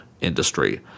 industry